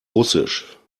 russisch